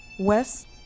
Wes